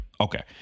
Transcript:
okay